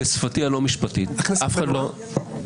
בשפתי הלא משפטית, אף אחד לא --- הכנסת מנועה?